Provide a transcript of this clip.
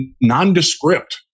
nondescript